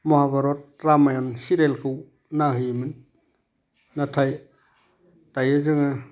महाभारत रामायाण सिरियालखौ नायहैयोमोन नाथाइ दायो जोङो